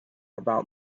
about